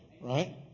right